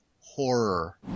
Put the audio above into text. horror